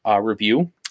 review